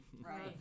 right